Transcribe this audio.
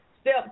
step